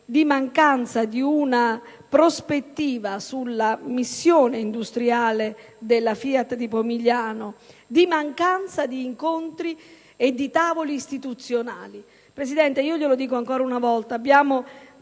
di mancanza di una prospettiva sulla missione industriale di quell'impianto FIAT, di mancanza di incontri e di tavoli istituzionali. Presidente, glielo ripeto ancora una volta, abbiamo